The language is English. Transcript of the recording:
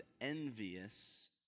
envious